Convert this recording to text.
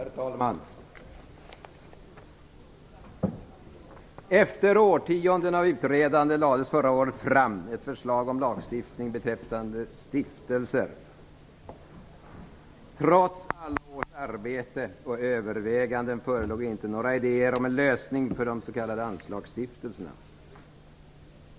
Herr talman! Efter årtionden av utredande lades förra året fram ett förslag om lagstiftning beträffande stiftelser. Trots alla årens arbete och överväganden förelåg inte några idéer om lösning för s.k. anslagsstiftelser.